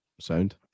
Sound